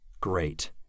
Great